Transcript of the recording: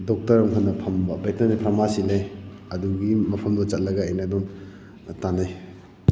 doctor ꯑꯃꯈꯛꯅ ꯐꯝꯕ veterinary pharmacy ꯂꯩ ꯑꯗꯨꯒꯤ ꯃꯐꯝꯗꯨꯗ ꯆꯇꯂꯒ ꯑꯩꯅ ꯑꯗꯨꯝ ꯇꯥꯟꯅꯩ